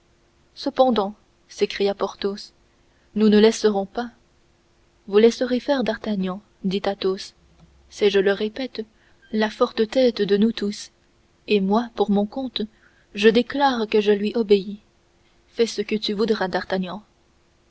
cependant s'écria porthos nous ne laisserons pas vous laisserez faire d'artagnan dit athos c'est je le répète la forte tête de nous tous et moi pour mon compte je déclare que je lui obéis fais ce que tu voudras d'artagnan